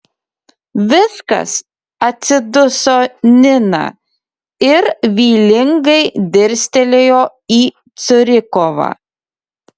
viskas atsiduso nina ir vylingai dirstelėjo į curikovą